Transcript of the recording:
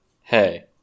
Hey